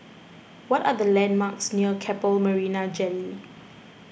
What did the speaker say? what are the landmarks near Keppel Marina Jetty